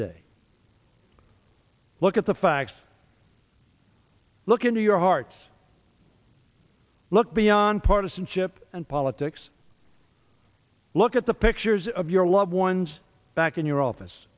day look at the facts look into your hearts look beyond partisanship and politics look at the pictures of your loved ones back in your office